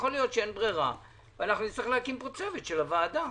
יכול להיות שאין ברירה ואנחנו נצטרך להקים פה צוות של הוועדה